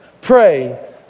pray